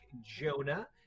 Jonah